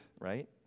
right